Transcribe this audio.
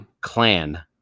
Clan